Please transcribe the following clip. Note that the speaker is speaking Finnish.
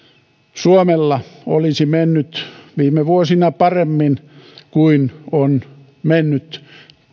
suomella olisi mennyt viime vuosina paremmin kuin on mennyt